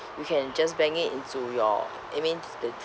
you can just bank it into your I mean the